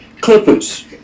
clippers